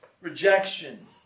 rejection